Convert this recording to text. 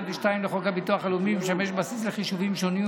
ו-2 לחוק הביטוח הלאומי משמש בסיס לחישובים שונים,